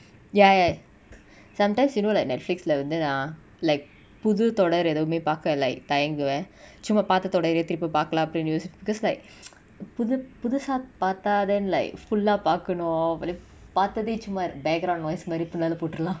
ya ya sometimes you know like netflix lah வந்து நா:vanthu na like புது தொடர் எதுமே பாக்க:puthu thodar ethume paaka like தயங்குவ சும்மா பாத்ததோட இத திருப்பி பாக்கல அப்டினு:thayanguva summa paathathoda itha thirupi paakala apdinu yosi~ cause like புது புதுசா பாத்தா:puthu puthusa paatha then like full ah பாக்கனு:paakanu but then பாத்ததே சும்மா:paathathe summa ir~ background voice மாரி பின்னால போட்ரலா:mari pinnala potrala